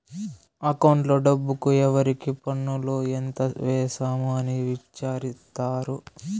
అకౌంట్లో డబ్బుకు ఎవరికి పన్నులు ఎంత వేసాము అని విచారిత్తారు